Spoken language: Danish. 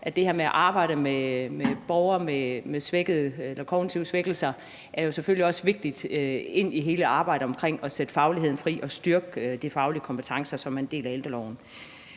at arbejde med borgere med kognitive svækkelser jo selvfølgelig også er vigtigt i hele arbejdet med at sætte fagligheden fri og styrke de faglige kompetencer, som er en del af ældreloven.